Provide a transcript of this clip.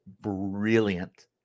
brilliant